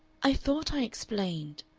i thought i explained